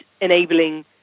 enabling